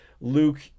Luke